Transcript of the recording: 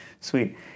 sweet